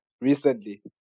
recently